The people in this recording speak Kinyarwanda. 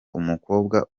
umukobwa